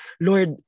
Lord